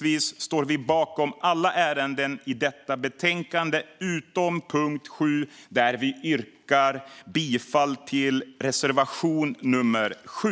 Vi står bakom alla ärenden i detta betänkande utom punkt 7, där vi yrkar bifall till reservation nummer 7.